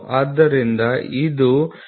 ಆದ್ದರಿಂದ ಇದು 0